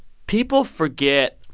people forget,